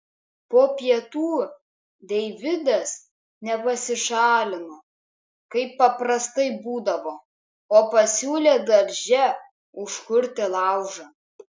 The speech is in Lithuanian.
po pietų deividas ne pasišalino kaip paprastai būdavo o pasiūlė darže užkurti laužą